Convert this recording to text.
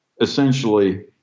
essentially